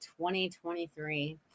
2023